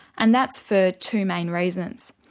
and that's for two main reasons.